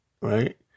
right